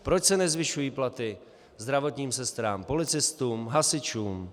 Proč se nezvyšují platy zdravotním sestrám, policistům, hasičům?